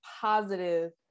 positive